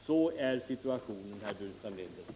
Sådan var situationen, herr Burenstam Linder.